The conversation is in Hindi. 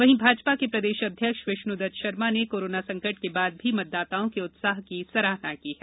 वहीं भाजपा के प्रदेश अध्यक्ष विष्णुदत्त शर्मा ने कोरोना संकट के बाद भी मतदाताओं के उत्साह की सराहना की है